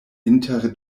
inter